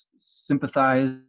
sympathize